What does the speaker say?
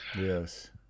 Yes